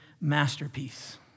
masterpiece